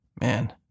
man